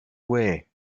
way